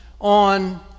on